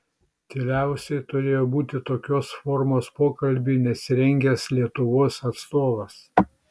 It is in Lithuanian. tyliausias turėjo būti tokios formos pokalbiui nesirengęs lietuvos atstovas